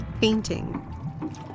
painting